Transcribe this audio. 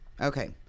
Okay